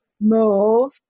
move